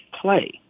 play